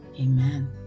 Amen